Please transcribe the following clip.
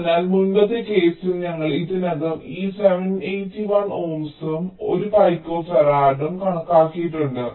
അതിനാൽ മുമ്പത്തെ കേസിൽ ഞങ്ങൾ ഇതിനകം ഈ 781 ഓംസും 1 പിക്കോഫറാഡും കണക്കാക്കിയിട്ടുണ്ട്